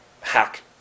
hack